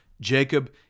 Jacob